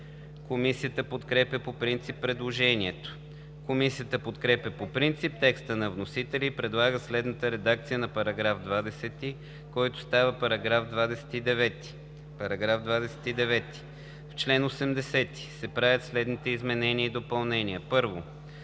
Комисията подкрепя по принцип предложението. Комисията подкрепя по принцип текста на вносителя и предлага следната редакция на § 20, който става § 29: „§ 29. В чл. 80 се правят следните изменения и допълнения: 1.